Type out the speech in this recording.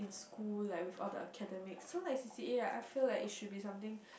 who like with all the academics so like C_C_A I feel like it should be something